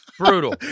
brutal